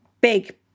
big